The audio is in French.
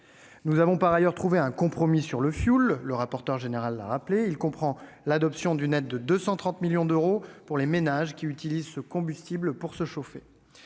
Nous avons par ailleurs trouvé un compromis sur le fioul, M. le rapporteur général l'a rappelé. Il comprend l'adoption d'une aide de 230 millions d'euros pour les ménages qui utilisent ce combustible pour se chauffer.